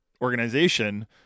organization